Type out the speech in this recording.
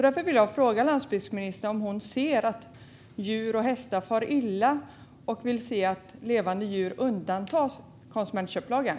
Därför vill jag fråga landsbygdsministern om hon ser att hästar och andra djur far illa och om hon vill se att levande djur undantas från konsumentköplagen.